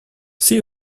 see